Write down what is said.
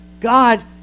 God